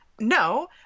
No